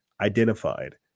identified